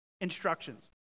instructions